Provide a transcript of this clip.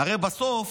הרי בסוף